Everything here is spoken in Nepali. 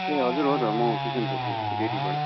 ए हजुर हो त म किसन छेत्री डेरीबाट